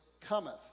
cometh